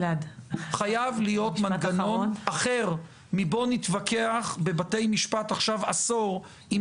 חייב להיות מנגנון אחר מבוא נתווכח בבתי משפט עכשיו עשור עם